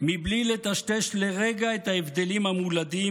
בלי לטשטש לרגע את ההבדלים המולדים,